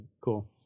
Cool